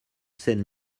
scène